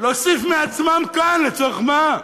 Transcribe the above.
להוסיף מעצמם כאן, לצורך מה?